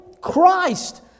Christ